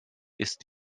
ist